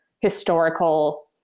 historical